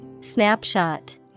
Snapshot